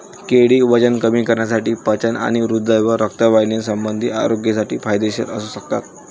केळी वजन कमी करण्यासाठी, पचन आणि हृदय व रक्तवाहिन्यासंबंधी आरोग्यासाठी फायदेशीर असू शकतात